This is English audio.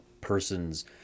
person's